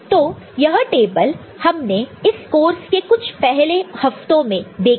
तो यह टेबल हमने इस कोर्स के कुछ पहले हफ्तों में देखा है